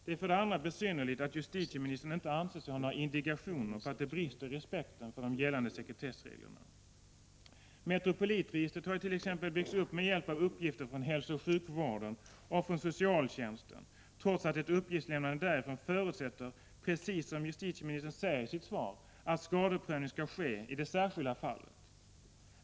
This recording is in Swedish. Det är för det andra besynnerligt att justitieministern inte anser sig ha några indikationer på att det brister i respekten för de gällande sekretessreglerna. Metropolitregistret har t.ex. byggts upp med hjälp av uppgifter från hälsooch sjukvården och från socialtjänsten, trots att ett uppgiftsutlämnande därifrån förutsätter, precis som justitieministern säger i sitt svar, att skadeprövning skall ske i det särskilda fallet.